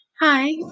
hi